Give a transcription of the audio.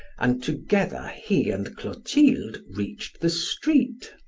and together he and clotilde reached the street.